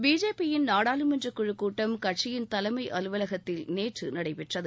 பிஜேபியின் நாடாளுமன்றக் குழு கூட்டம் கட்சியின் தலைமை அலுவலகத்தில் நேற்று நடைபெற்றது